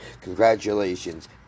congratulations